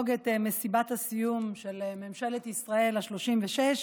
את מסיבת הסיום של ממשלת ישראל השלושים-ושש,